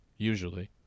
Usually